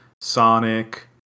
Sonic